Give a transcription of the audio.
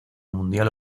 mundial